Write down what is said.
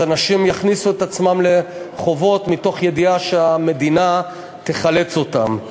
אנשים יכניסו את עצמם לחובות מתוך ידיעה שהמדינה תחלץ אותם.